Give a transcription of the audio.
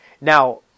Now